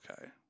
okay